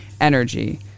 energy